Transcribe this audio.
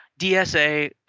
DSA